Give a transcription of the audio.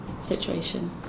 situation